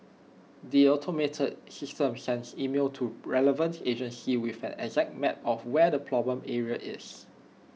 the automated system sends emails to relevant agencies with an exact map of where the problem area is